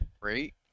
great